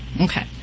Okay